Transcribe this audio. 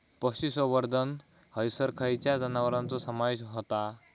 पशुसंवर्धन हैसर खैयच्या जनावरांचो समावेश व्हता?